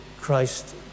Christ